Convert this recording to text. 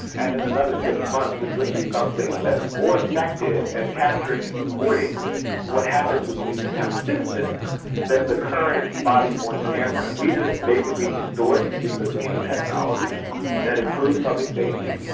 and in another six months it's going to be something that is more effective at capturing and recording what happens when police encounter citizens than the current body worn camera. we just basically endorse the use of any technology that improves public safety,